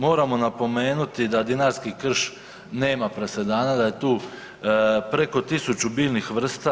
Moramo napomenuti da dinarski krš nema presedana, da je tu preko 1000 biljnih vrsta.